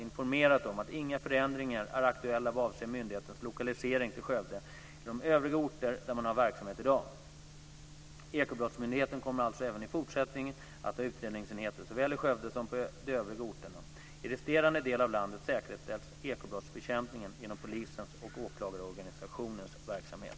informerat om att inga förändringar är aktuella vad avser myndighetens lokalisering till Skövde eller de övriga orter där man har verksamhet i dag. Ekobrottsmyndigheten kommer alltså även i fortsättningen att ha utredningsenheter såväl i Skövde som på de övriga orterna. I resterande del av landet säkerställs ekobrottsbekämpningen genom polisens och åklagarorganisationens verksamhet.